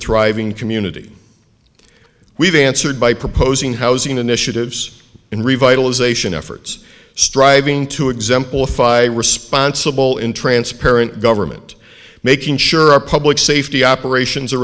thriving community we've answered by proposing housing initiatives in revitalization efforts striving to exemplify responsible in transparent government making sure our public safety operations a